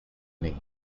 name